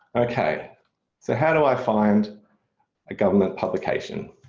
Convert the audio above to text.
okay so how do i find a government publication?